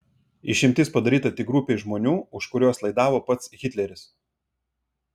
išimtis padaryta tik grupei žmonių už kuriuos laidavo pats hitleris